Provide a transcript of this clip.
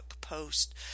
post